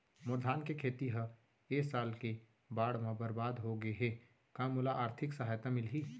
मोर धान के खेती ह ए साल के बाढ़ म बरबाद हो गे हे का मोला आर्थिक सहायता मिलही?